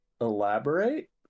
elaborate